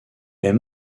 est